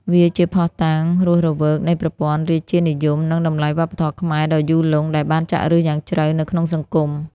វាជាភស្តុតាងរស់រវើកនៃប្រព័ន្ធរាជានិយម និងតម្លៃវប្បធម៌ខ្មែរដ៏យូរលង់ ដែលបានចាក់ឫសយ៉ាងជ្រៅនៅក្នុងសង្គម។